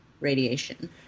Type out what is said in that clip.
radiation